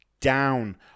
down